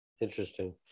Interesting